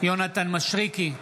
יונתן מישרקי,